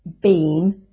Beam